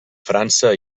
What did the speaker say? frança